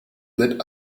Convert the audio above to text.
lit